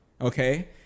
okay